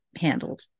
handled